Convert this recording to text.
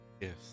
Yes